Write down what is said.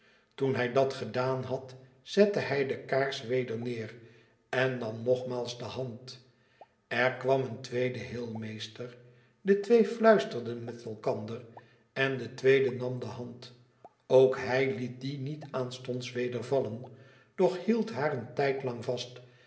toen hij dat gedaan had zette hij de kaars weder neer en nam nogmaals de hand er kwam een tweede heelmeester de twee fluisterden met elkander en de tweede nam de hand ook hij liet die niet aanstonds weder vallen doch hield baareen tijdlang vast